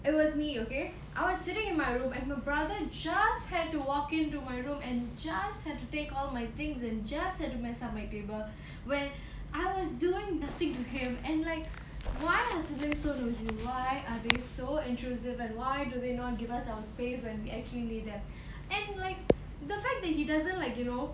it was me okay I was sitting in my room and my brother just had to walk into my room and just had to take all my things and just had to mess up my table when I was doing nothing to him and like why so nosey why are they so intrusive and why do they not give us our space when we actually need them and like the fact that he doesn't like you know